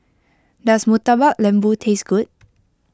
does Murtabak Lembu taste good